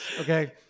okay